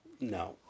no